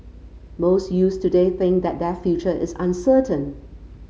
most youths today think that their future is uncertain